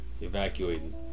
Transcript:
evacuated